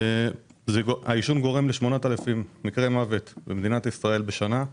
העישון גורם ל-8,000 מקרי מוות במדינת ישראל בשנה,